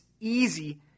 easy